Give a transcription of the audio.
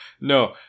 no